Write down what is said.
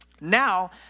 Now